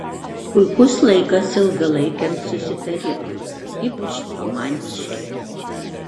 puikus laikas ilgalaikiams susitarimams ypač romantiškiems